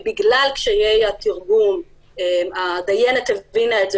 ובגלל קשיי התרגום הדיינת הבינה את זה